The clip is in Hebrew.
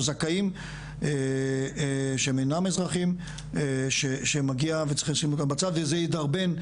או זכאים שאינם אזרחים שמגיע וצריך לשים גם בצד וזה ידרבן,